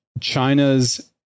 China's